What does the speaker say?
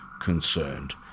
concerned